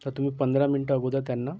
तर तुम्ही पंधरा मिनिटं अगोदर त्यांना